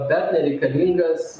bet nereikalingas